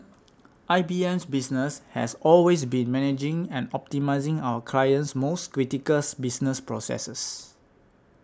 I B M's business has always been managing and optimising our clients most criticals business processes